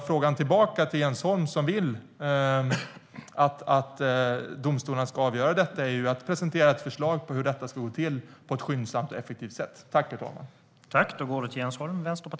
Frågan tillbaka till Jens Holm, som vill att domstolarna ska avgöra detta, är om han kan presentera ett förslag på hur detta ska gå till på ett skyndsamt och effektivt sätt.